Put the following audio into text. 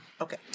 Okay